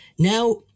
Now